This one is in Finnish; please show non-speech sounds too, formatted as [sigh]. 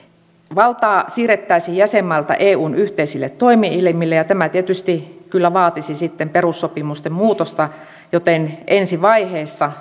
valtaa siirrettäisiin jäsenmailta eun yhteisille toimielimille ja tämä tietysti kyllä vaatisi sitten perussopimusten muutosta joten ensi vaiheessa [unintelligible]